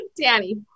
Danny